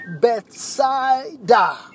Bethsaida